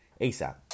asap